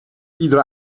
iedere